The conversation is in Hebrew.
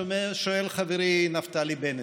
שואל חברי נפתלי בנט.